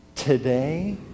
today